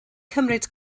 cymryd